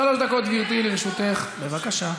שלוש דקות, גברתי, לרשותך, בבקשה.